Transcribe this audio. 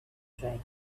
betrayed